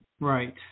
Right